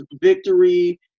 victory